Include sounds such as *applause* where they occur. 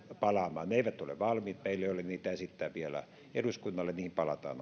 palaamaan ne eivät ole valmiita meillä ei ole niitä esittää vielä eduskunnalle niihin palataan *unintelligible*